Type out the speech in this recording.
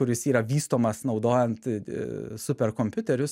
kuris yra vystomas naudojant superkompiuterius